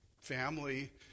family